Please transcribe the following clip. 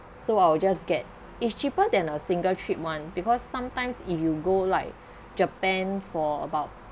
so I'll just get it's cheaper than a single trip one because sometimes if you go like japan for about